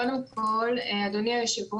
קודם כל, אדוני יושב הראש,